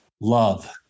love